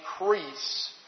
increase